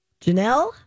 Janelle